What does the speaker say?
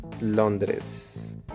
Londres